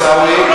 עיסאווי,